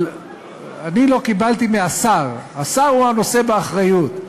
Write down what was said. אבל אני לא קיבלתי מהשר, השר הוא הנושא באחריות,